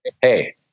Hey